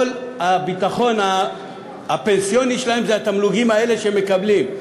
כל הביטחון הפנסיוני שלהם הוא התמלוגים האלה שהם מקבלים.